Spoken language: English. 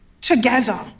together